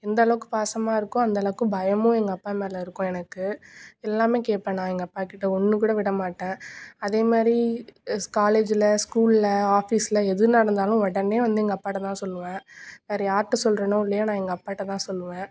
எந்தளவுக்கு பாசமாக இருக்கோ அந்தளவுக்கு பயமும் எங்கள் அப்பா மேல் இருக்கும் எனக்கு எல்லாமே கேட்பேன் நான் எங்கள் அப்பாக்கிட்ட ஒன்று கூட விடமாட்டேன் அதே மாதிரி இஸ் காலேஜில் ஸ்கூலில் ஆஃபீஸில் எது நடந்தாலும் உடனே வந்து எங்கள் அப்பாகிட்ட தான் சொல்லுவேன் வேறு யார்கிட்ட சொல்றேனோ இல்லையோ நான் எங்கள் அப்பாகிட்ட தான் சொல்லுவேன்